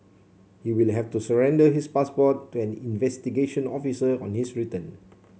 he will have to surrender his passport to an investigation officer on his return